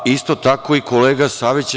Isto tako i kolega Savić.